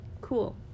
Cool